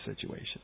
situation